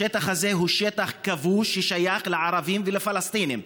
השטח הזה הוא שטח כבוש ששייך לערבים ולפלסטינים.